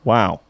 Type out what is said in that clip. Wow